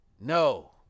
No